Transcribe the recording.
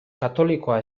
katolikoa